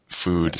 food